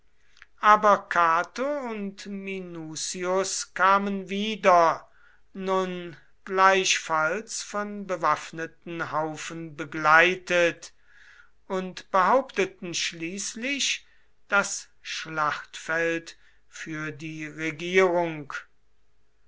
aber cato und minucius kamen wieder nun gleichfalls von bewaffneten haufen begleitet und behaupteten schließlich das schlachtfeld für die regierung